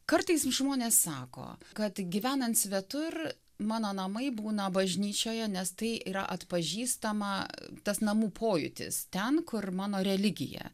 kartais žmonės sako kad gyvenant svetur mano namai būna bažnyčioje nes tai yra atpažįstama tas namų pojūtis ten kur mano religija